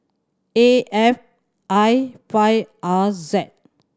A F I five R Z